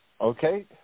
Okay